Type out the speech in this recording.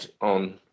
on